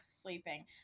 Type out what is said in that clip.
sleeping